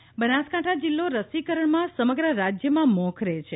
બનાસકાંઠા બનાસકાંઠા જિલ્લો રસીકરણમાં સમગ્ર રાજયમાં મોખરે છે